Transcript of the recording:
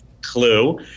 clue